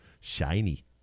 shiny